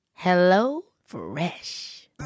HelloFresh